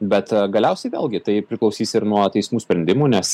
bet galiausiai vėlgi tai priklausys ir nuo teismų sprendimų nes